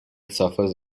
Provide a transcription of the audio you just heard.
suffers